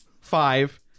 five